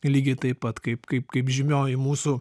lygiai taip pat kaip kaip kaip žymioji mūsų